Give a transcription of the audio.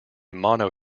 mono